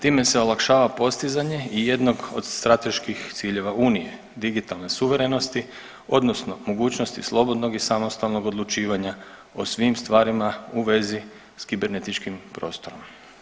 Time se olakšava postizanje i jednog od strateških ciljeva unije, digitalne suverenosti odnosno mogućosti slobodnog i samostalnog odlučivanja o svim stvarima u vezi s kibernetičkim prostorom.